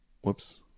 Whoops